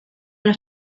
los